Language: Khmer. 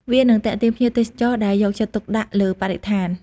វានឹងទាក់ទាញភ្ញៀវទេសចរដែលយកចិត្តទុកដាក់លើបរិស្ថាន។